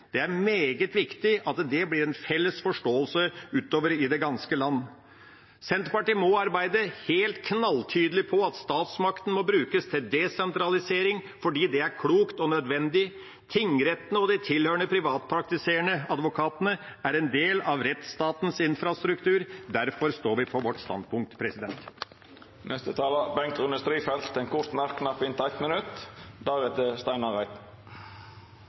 Det er meget viktig at det blir en felles forståelse utover i det ganske land. Senterpartiet må arbeide helt knalltydelig på at statsmakta må brukes til desentralisering – fordi det er klokt og nødvendig. Tingrettene og de tilhørende privatpraktiserende advokatene er en del av rettsstatens infrastruktur. Derfor står vi på vårt standpunkt. Representanten Bengt Rune Strifeldt har hatt ordet to gonger tidlegare og får ordet til ein kort merknad på inntil 1 minutt.